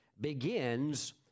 begins